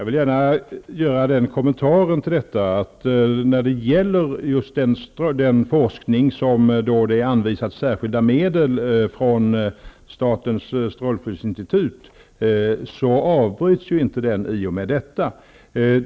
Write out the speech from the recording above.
Fru talman! Den forskning som har anvisats särskilda medel av statens strålskyddsinstitut avbryts inte i och med detta.